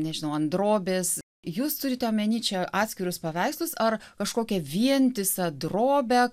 nežinau ant drobės jūs turite omeny čia atskirus paveikslus ar kažkokią vientisą drobę